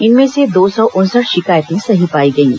इनमें से दो सौ उनसठ शिकायतें सही पाई गईं